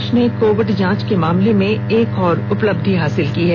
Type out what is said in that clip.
देश ने कोविड जांच के मामले में एक और उपब्धि हासिल की है